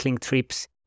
trips